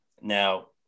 Now